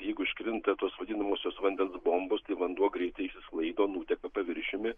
jeigu iškrinta tos vadinamosios vandens bombos tai vanduo greitai išsisklaido nuteka paviršiumi